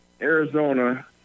Arizona